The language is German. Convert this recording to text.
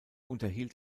unterhielt